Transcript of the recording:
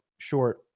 short